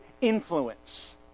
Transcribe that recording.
influence